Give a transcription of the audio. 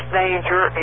danger